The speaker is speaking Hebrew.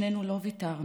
שנינו לא ויתרנו.